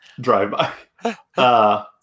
drive-by